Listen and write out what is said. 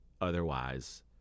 Otherwise